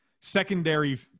secondary